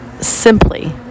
simply